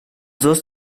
dos